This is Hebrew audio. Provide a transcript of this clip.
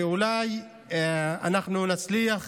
אולי נצליח